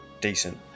decent